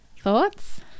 Thoughts